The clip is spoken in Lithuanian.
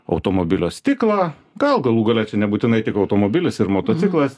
automobilio stiklą gal galų gale čia nebūtinai tik automobilis ir motociklas